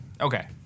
Okay